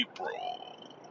April